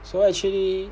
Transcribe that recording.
so actually